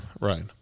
Right